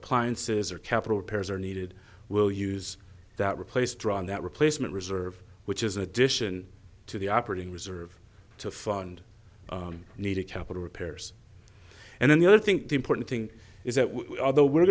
appliances or capital repairs are needed we'll use that replace draw on that replacement reserve which is an addition to the operating reserve to fund needed capital repairs and then the other think the important thing is that although we're